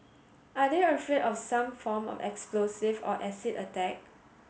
are they afraid of some form of explosive or acid attack